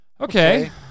okay